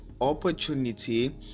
opportunity